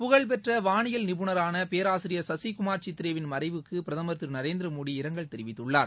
புகழ்ப்பெற்ற வானியல் நிபுணரான பேராசிரியர் சசிகுமார் சித்ரேவின் மறைவுக்கு பிரதமர் திரு நரேந்திர மோடி இரங்கல் தெரிவித்துள்ளார்